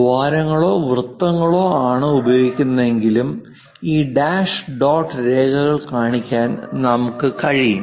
ദ്വാരങ്ങളോ വൃത്തങ്ങളോ ആണ് ഉപയോഗിക്കുന്നതെങ്കിലും ഈ ഡാഷ് ഡോട്ട് രേഖകൾ കാണിക്കാൻ നമുക്ക് കഴിയും